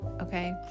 okay